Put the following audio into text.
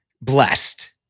blessed